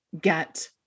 get